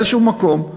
באיזשהו מקום,